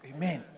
Amen